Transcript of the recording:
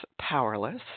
powerless